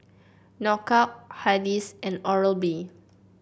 Knockout Hardy's and Oral B